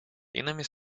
иными